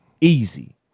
Easy